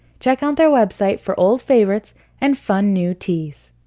check out their website for old favorites and fun new teas!